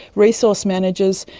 resource managers,